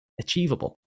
achievable